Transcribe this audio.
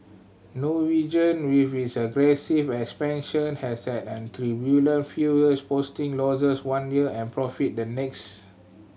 Norwegian with its aggressive expansion has had an turbulent few years posting losses one year and profit the next